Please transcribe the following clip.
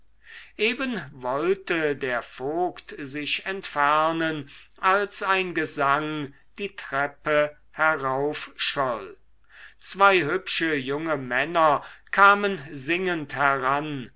eben wollte der vogt sich entfernen als ein gesang die treppe herauf scholl zwei hübsche junge männer kamen singend heran